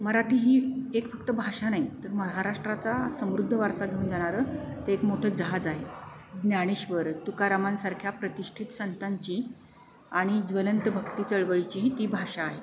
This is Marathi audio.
मराठी ही एक फक्त भाषा नाही तर महाराष्ट्राचा समृद्ध वारसा घेऊन जानारं ते एक मोठं जहाज आहे ज्ञानेश्वर तुकारामांसारख्या प्रतिष्ठित संतांची आणि ज्वलंत भक्ती चळवळीची ही ती भाषा आहे